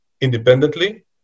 independently